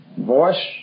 voice